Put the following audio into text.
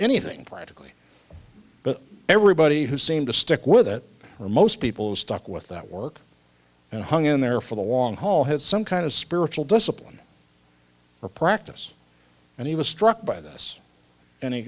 anything radically but everybody who seem to stick with it or most people stuck with that work and hung in there for the long haul has some kind of spiritual discipline or practice and he was struck by this and he